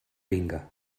vinga